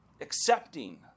accepting